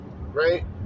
right